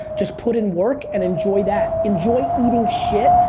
just put in work and enjoy that. enjoy eating shit,